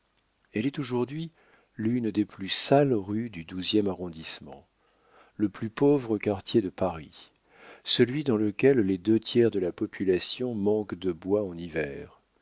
elle est aujourd'hui l'une des plus sales rues du douzième arrondissement le plus pauvre quartier de paris celui dans lequel les deux tiers de la population manquent de bois en hiver